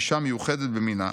אישה מיוחדת במינה,